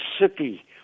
city